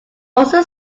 also